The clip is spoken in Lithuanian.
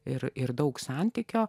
ir ir daug santykio